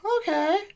okay